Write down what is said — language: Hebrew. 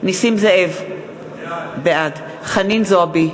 בהצבעה נסים זאב, בעד חנין זועבי,